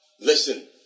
Listen